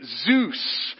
Zeus